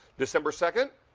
december second,